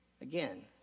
Again